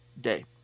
day